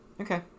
Okay